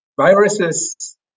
viruses